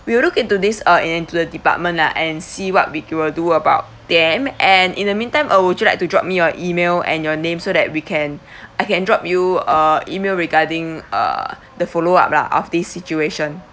we'll look into this uh and into the department lah and see what we c~ will do about them and in the meantime uh would you like to drop me your email and your name so that we can I can drop you a email regarding err the follow up lah of this situation